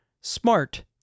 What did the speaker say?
SMART